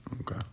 Okay